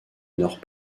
nord